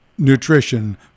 nutrition